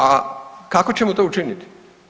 A kako ćemo to učiniti?